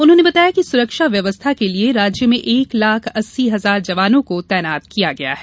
उन्होंने बताया कि सुरक्षा व्यवस्था के लिए राज्य में एक लाख अस्सी हजार जवानों को तैनात किया गया है